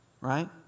right